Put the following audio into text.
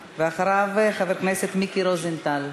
ואחריו, חבר הכנסת מיקי רוזנטל.